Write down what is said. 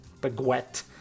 Baguette